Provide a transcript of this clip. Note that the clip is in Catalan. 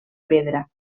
pedra